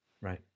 Right